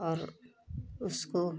और उसको